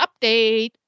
update